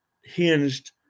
hinged